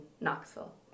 Knoxville